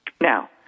Now